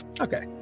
Okay